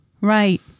Right